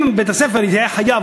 אם בית-הספר יהיה חייב,